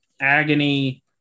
agony